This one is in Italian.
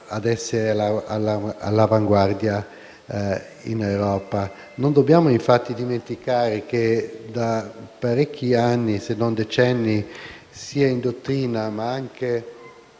Non dobbiamo infatti dimenticare che da parecchi anni, se non decenni, sia in dottrina ma anche